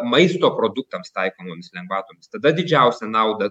maisto produktams taikomomis lengvatomis tada didžiausią naudą